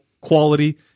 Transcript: quality